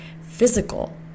physical